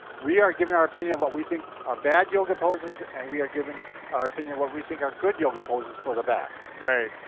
we are giving our opinion of what we think are bad yoga poses and we are giving our opinion of what we think are good yoga poses for the back. right,